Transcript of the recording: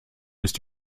ist